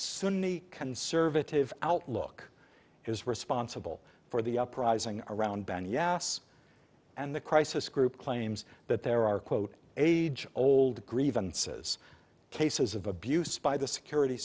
sunni conservative outlook is responsible for the uprising around ben yes and the crisis group claims that there are quote age old grievances cases of abuse by the security